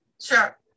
Sure